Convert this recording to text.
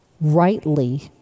rightly